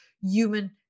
human